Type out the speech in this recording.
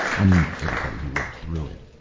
i mean everybody who lived through it.